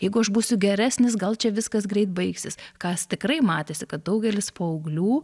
jeigu aš būsiu geresnis gal čia viskas greit baigsis kas tikrai matėsi kad daugelis paauglių